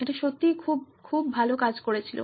এটা সত্যিই খুব খুব ভাল কাজ করেছিল